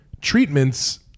treatments